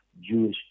Jewish